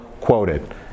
quoted